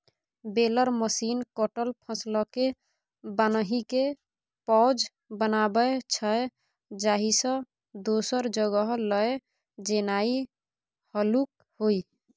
baler machine कटल फसलकेँ बान्हिकेँ पॉज बनाबै छै जाहिसँ दोसर जगह लए जेनाइ हल्लुक होइ